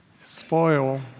spoil